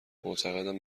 معتقدم